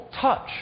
touch